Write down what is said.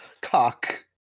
Cock